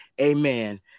Amen